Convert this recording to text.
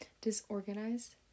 disorganized